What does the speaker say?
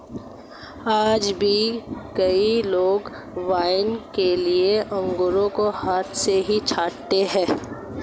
आज भी कई लोग वाइन के लिए अंगूरों को हाथ से ही छाँटते हैं